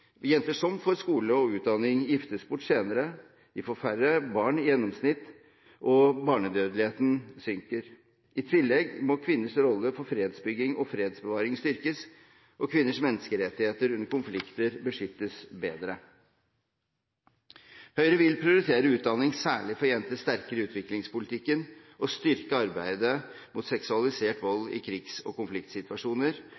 livssituasjon. Jenter som får skolegang og utdanning, giftes bort senere, de får færre barn i gjennomsnitt, og barnedødeligheten synker. I tillegg må kvinners rolle for fredsbygging og fredsbevaring styrkes og kvinners menneskerettigheter under konflikter beskyttes bedre. Høyre vil prioritere utdanning sterkere, særlig for jenter i utviklingspolitikken, og styrke arbeidet mot seksualisert